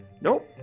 Nope